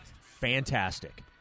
fantastic